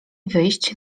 wyjść